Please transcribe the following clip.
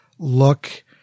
Look